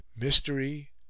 mystery